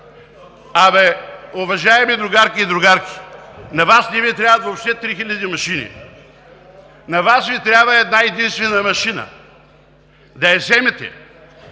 Абе, уважаеми другарки и другари, на Вас не Ви трябват въобще 3000 машини, на Вас Ви трябва една-единствена машина – да я вземете,